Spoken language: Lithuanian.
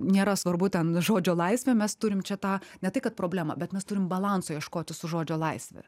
nėra svarbu ten žodžio laisvė mes turim čia tą ne tai kad problemą bet mes turim balanso ieškoti su žodžio laisve